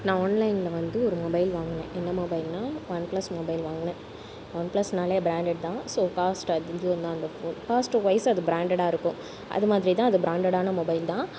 நான் ஆன்லைனில் வந்து ஒரு மொபைல் வாங்கினேன் என்ன மொபைல்னா ஒன் ப்ளஸ் மொபைல் வாங்கினேன் ஒன் பிளஸ்னாலே ப்ராண்டட் தான் ஸோ காஸ்ட் அதிகம் தான் அந்த ஃபோன் காஸ்ட்வைஸ் அது பிராண்டடாக இருக்கும் அது மாதிரி தான் அது பிராண்டடான மொபைல் தான்